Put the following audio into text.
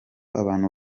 abantu